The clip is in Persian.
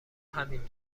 همین